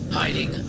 hiding